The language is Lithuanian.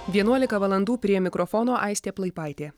vienuolika valandų prie mikrofono aistė plaipaitė